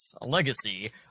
Legacy